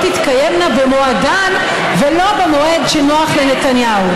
תתקיימנה במועדן ולא במועד שנוח לנתניהו.